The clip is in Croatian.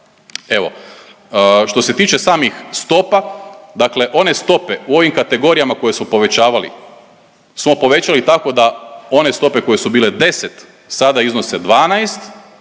evo. Što se tiče samih stopa, dakle one stope u ovim kategorijama koje smo povećavali smo povećali tako da one stope koje su bile 10 sada iznose 12,